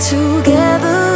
Together